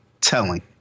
telling